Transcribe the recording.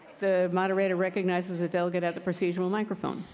the moderator recognizes the delegate at the procedural microphone.